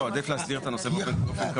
לא, עדיף להסדיר את הנושא באופן קבוע.